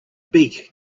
beak